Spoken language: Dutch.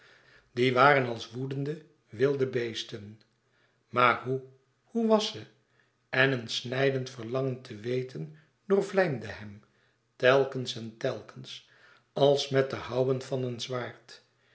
die waren als woedende wilde beesten maar hoe hoe was ze en een snijdend verlangen te weten doorvlijmde hem telkens en telkens als met de houwen van een zwaard